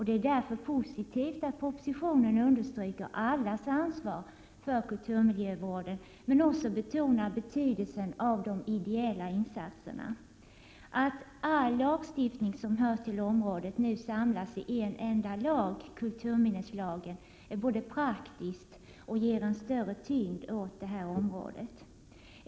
Det är därför positivt att propositionen understryker allas ansvar för kulturmiljövården, men också att den betonar betydelsen av de ideella insatserna. Att all lagstiftning som hör till området nu samlas i en enda lag, kulturminneslagen, är både praktiskt och ger en större tyngd åt området.